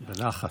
בנחת.